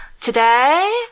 Today